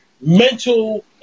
mental